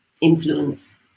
influence